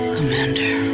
Commander